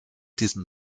diesem